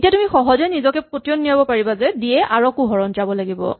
এতিয়া তুমি সহজে নিজকে পতিয়ন নিয়াব পাৰিবা যে ডি য়ে আৰ কো হৰণ যাব লাগিব